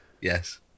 Yes